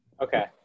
Okay